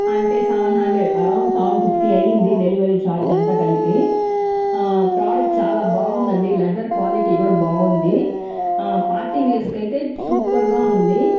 అంటే seven hundred around seven fifty అయ్యింది delivery charge అంతా కలిపి ప్రోడక్ట్ చాలా బాగుంది అండి లెదర్ క్వాలిటీ కూడా బాగుంది పార్టీవేర్స్కి అయితే సూపర్గా ఉంది